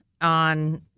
on